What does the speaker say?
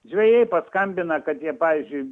žvejai paskambina kad jie pavyzdžiui